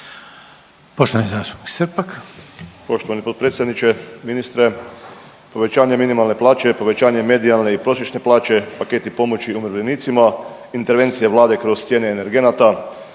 **Srpak, Dražen (HDZ)** Poštovani potpredsjedniče, ministre. Povećanje minimalne plaće je povećanje medijalne i prosječne plaće, paketi pomoći umirovljenicima, intervencije Vlade kroz cijene energenata